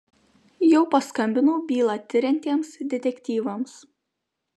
jau paskambinau bylą tiriantiems detektyvams